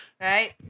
Right